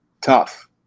tough